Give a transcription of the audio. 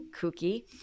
kooky